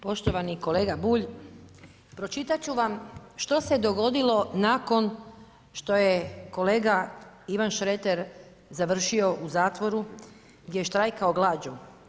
Poštovani kolega Bulj, pročitat ću vam što se dogodilo nakon što je kolega Ivan Šreter završio u zatvoru gdje je štrajkao glađu.